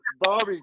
Bobby